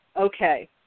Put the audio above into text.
okay